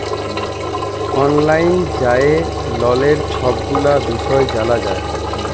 অললাইল যাঁয়ে ললের ছব গুলা বিষয় জালা যায়